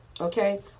okay